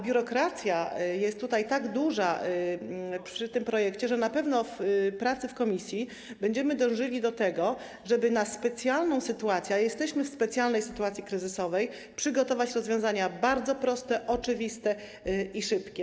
Biurokracja jest tak duża przy tym projekcie, że na pewno w trakcie prac w komisji będziemy dążyli do tego, żeby na specjalną sytuację - a jesteśmy w specjalnej sytuacji kryzysowej - przygotować rozwiązania bardzo proste, oczywiste i szybkie.